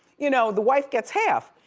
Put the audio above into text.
you know the wife gets half.